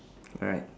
alright